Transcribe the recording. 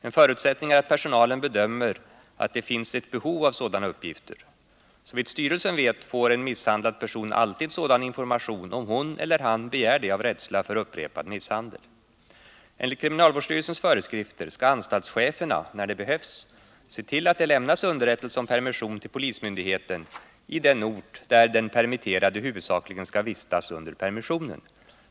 En förutsättning är att personalen bedömer att det finns ett behov av sådana uppgifter. Såvitt styrelsen vet får en misshandlad person alltid sådan information, om hon eller han begär det av rädsla för upprepad misshandel. Enligt kriminalvårdsstyrelsens föreskrifter skall anstaltscheferna, när det behövs, se till att det lämnas underrättelse om permission till polismyndigheten i den ort, där den permitterade huvudsakligen skall vistas under permissionen.